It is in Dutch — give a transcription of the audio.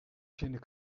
zinnen